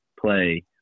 play